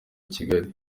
kigali